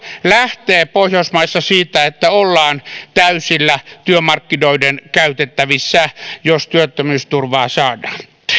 kuitenkin lähtee pohjoismaissa siitä että ollaan täysillä työmarkkinoiden käytettävissä jos työttömyysturvaa saadaan